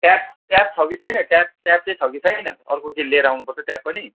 tap tap छ कि छैन ट्याप ट्याप चाहिँ छ कि छैन अर्को केही लिएर आउनु पर्छ ट्याप पनि